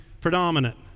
predominant